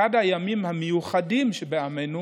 אחד הימים המיוחדים שבעמנו